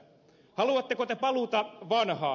haluatteko te paluuta vanhaan